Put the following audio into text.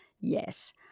Yes